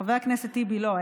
חבר הכנסת טיבי לא,